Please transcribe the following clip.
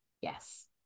Yes